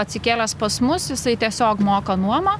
atsikėlęs pas mus jisai tiesiog moka nuomą